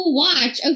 watch